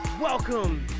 Welcome